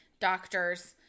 doctors